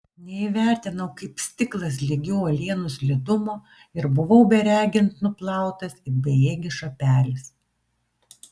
neįvertinau kaip stiklas lygių uolienų slidumo ir buvau beregint nuplautas it bejėgis šapelis